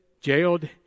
jailed